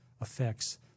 affects